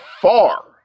far